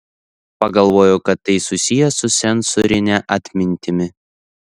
pagalvojo kad tai susiję su sensorine atmintimi